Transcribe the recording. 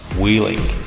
wheeling